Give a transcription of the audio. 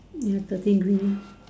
ya dirty green mah